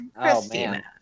Christina